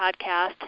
podcast